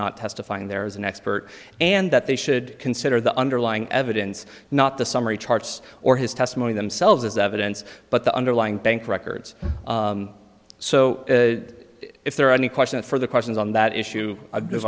not testifying there as an expert and that they should consider the underlying evidence not the summary charts or his testimony themselves as evidence but the underlying bank records so if there are any question of further questions on that issue